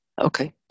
Okay